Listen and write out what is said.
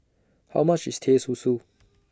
How much IS Teh Susu